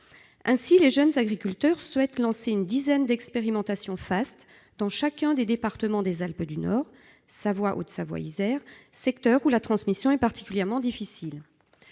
Ainsi, les jeunes agriculteurs souhaitent lancer une dizaine d'expérimentations FAST dans chacun des départements des Alpes du Nord- Savoie, Haute-Savoie, Isère -, un secteur où la transmission est particulièrement difficile.